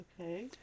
Okay